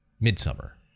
Midsummer